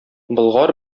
болгар